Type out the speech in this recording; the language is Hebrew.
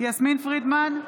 יסמין פרידמן,